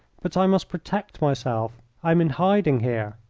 but i must protect myself. i am in hiding here.